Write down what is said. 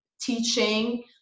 teaching